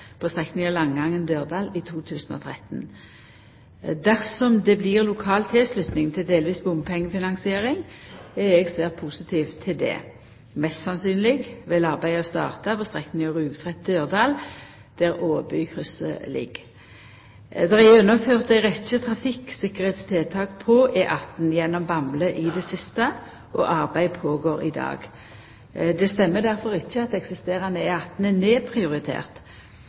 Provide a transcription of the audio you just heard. strekninga Langangen–Dørdal i 2013. Dersom det blir lokal tilslutning til delvis bompengefinansiering, er eg svært positiv til det. Mest sannsynleg vil arbeidet starta på strekninga Rugtvedt–Dørdal, der Åbykrysset ligg. Det er gjennomført ei rekkje trafikktryggleikstiltak på E18 gjennom Bamble i det siste, og arbeid pågår i dag. Det stemmer difor ikkje at eksisterande E18 er nedprioritert.